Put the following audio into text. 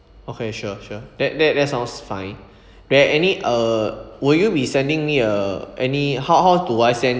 okay sure sure that that that sounds fine there any uh will you be sending me uh any how how do I send